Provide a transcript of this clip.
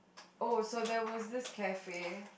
oh so there was this cafe